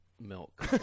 milk